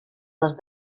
les